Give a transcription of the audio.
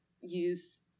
use